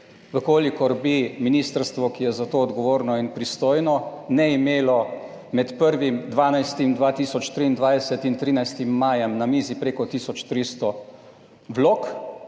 v kolikor bi ministrstvo, ki je za to odgovorno in pristojno, ne imelo med 1. 12. 2023 in 13. majem na mizi preko 1300 vlog